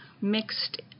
mixed